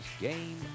Game